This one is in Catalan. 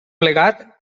plegat